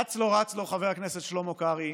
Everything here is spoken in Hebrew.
אץ לו רץ לו חבר הכנסת שלמה קרעי,